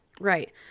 Right